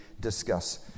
discuss